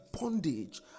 bondage